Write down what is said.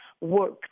work